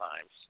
times